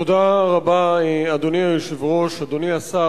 תודה רבה, אדוני היושב-ראש, אדוני השר.